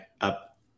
up